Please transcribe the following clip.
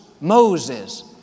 Moses